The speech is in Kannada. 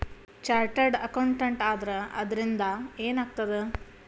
ಚಾರ್ಟರ್ಡ್ ಅಕೌಂಟೆಂಟ್ ಆದ್ರ ಅದರಿಂದಾ ಏನ್ ಆಗ್ತದ?